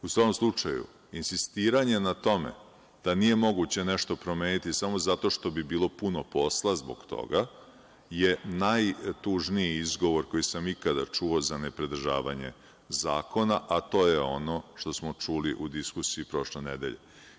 U svakom slučaju, insistiranje na tome da nije moguće nešto promeniti samo zato što bi bilo puno posla zbog toga, je najtužniji izgovor koji sam ikada čuo za nepodržavanje zakona a to je ono što smo čuli u diskusiji prošle nedelje.